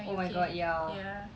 oh my god ya